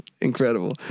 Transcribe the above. incredible